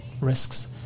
risks